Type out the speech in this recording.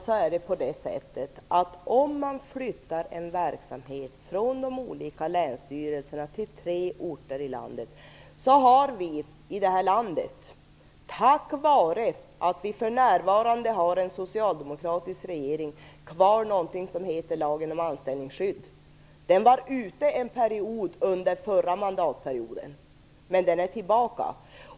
Fru talman! Vi har i detta land, tack vare att vi för närvarande har en socialdemokratisk regeringen, någonting som heter lagen om anställningsskydd. Den var borta en period under förra mandatperioden, men den är tillbaka.